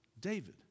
David